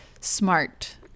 smart